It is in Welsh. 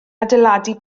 adeiladu